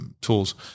tools